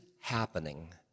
happening